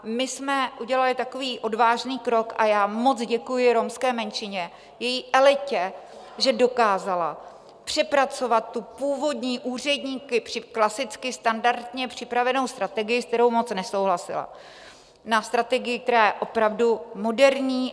My jsme udělali takový odvážný krok a já moc děkuji romské menšině, její elitě, že dokázala přepracovat tu původní, úředníky klasicky standardně připravenou strategii, s kterou moc nesouhlasila, na strategii, která je opravdu moderní.